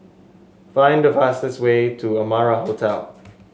find the fastest way to Amara Hotel